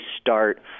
start